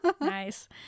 Nice